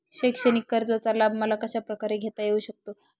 शैक्षणिक कर्जाचा लाभ मला कशाप्रकारे घेता येऊ शकतो?